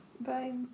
bye